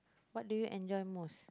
what do you enjoy most